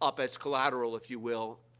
up as collateral, if you will,